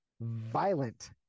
violent